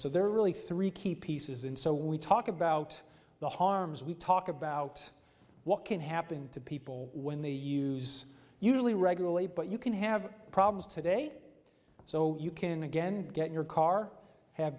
so there are really three key pieces and so we talk about the harms we talk about what can happen to people when they use usually regulate but you can have problems today so you can again get your car have